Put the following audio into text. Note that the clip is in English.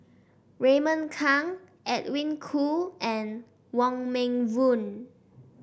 Raymond Kang Edwin Koo and Wong Meng Voon